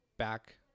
Back